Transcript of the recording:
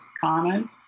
common